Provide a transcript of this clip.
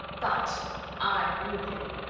but i knew him!